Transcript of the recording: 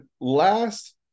last